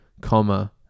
comma